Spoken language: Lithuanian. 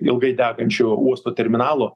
ilgai degančio uosto terminalo